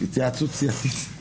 התייעצות סיעתית.